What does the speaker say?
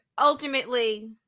ultimately